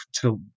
till